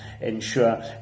ensure